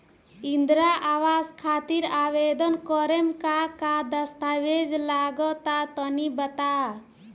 इंद्रा आवास खातिर आवेदन करेम का का दास्तावेज लगा तऽ तनि बता?